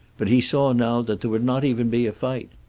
but he saw now that there would not even be a fight.